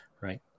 Right